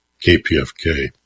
KPFK